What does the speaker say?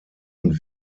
und